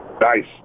Nice